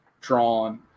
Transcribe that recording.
drawn